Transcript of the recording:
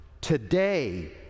today